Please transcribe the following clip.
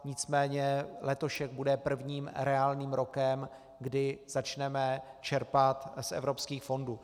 Nicméně letošek bude prvním reálným rokem, kdy začneme čerpat z evropských fondů.